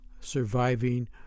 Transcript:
surviving